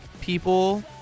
people